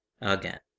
again